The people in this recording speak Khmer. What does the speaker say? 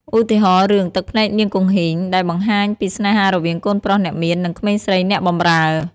ឧទាហរណ៍ រឿង ទឹកភ្នែកនាងគង្ហីង ដែលបង្ហាញពីស្នេហារវាងកូនប្រុសអ្នកមាន និងក្មេងស្រីអ្នកបម្រើ។